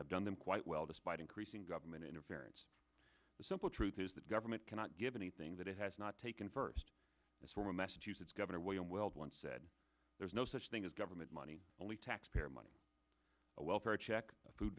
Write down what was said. have done them quite well despite increasing government interference the simple truth is that government cannot give anything that it has not taken first it's former massachusetts governor william weld once said there's no such thing as government money only taxpayer money a welfare check food